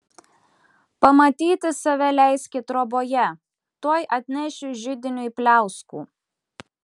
pamatyti save leiski troboje tuoj atnešiu židiniui pliauskų